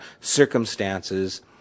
circumstances